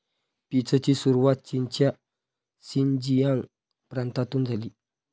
पीचची सुरुवात चीनच्या शिनजियांग प्रांतातून झाली